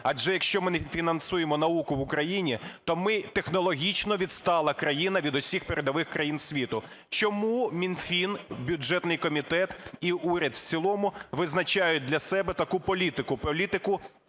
Адже якщо ми не фінансуємо науку в Україні, то ми технологічно відстала країна від усіх передових країн світу. Чому Мінфін, бюджетний комітет і уряд в цілому визначають для себе таку політику,